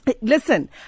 listen